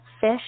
fish